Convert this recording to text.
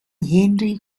henry